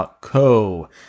Co